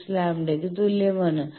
26 ലാംഡയ്ക്ക് തുല്യമാണ്